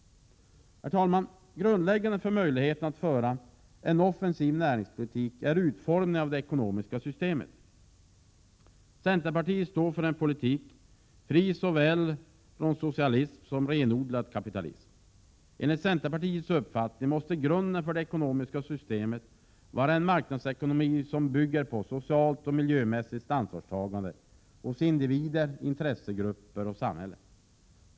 Herr talman! Grundläggande för möjligheterna att föra en offensiv näringspolitik är utformningen av det ekonomiska systemet. Centerpartiet står för en politik fri från såväl socialism som renodlad kapitalism. Enligt centerpartiets uppfattning måste grunden för det ekonomiska systemet vara en marknadsekonomi byggd på socialt och miljömässigt ansvarstagande hos individer, intressegrupper och samhälle.